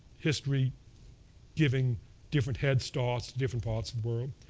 history giving different head starts to different parts world.